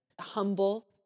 Humble